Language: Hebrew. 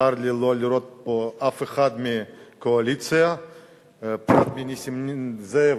צר לי לא לראות פה אף אחד מהקואליציה פרט לנסים זאב,